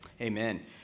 Amen